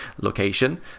location